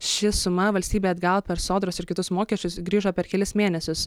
ši suma valstybei atgal per sodros ir kitus mokesčius grįžo per kelis mėnesius